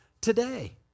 today